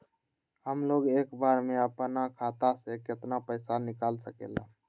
हमलोग एक बार में अपना खाता से केतना पैसा निकाल सकेला?